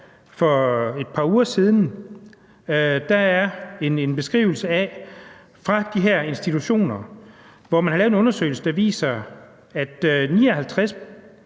for et par uger siden skrevet om de her institutioner, og man havde lavet en undersøgelse, der viser, at ud